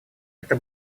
эта